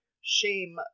shame